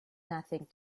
nothing